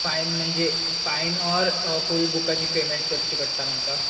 fine म्हणजे fine or full बुकाची payment करची पडटा म्हाका